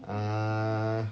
uh